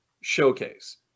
showcase